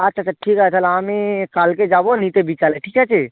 আচ্ছা আচ্ছা ঠিক আছে তাহলে আমি কালকে যাব নিতে বিকালে ঠিক আছে